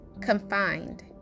confined